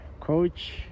Coach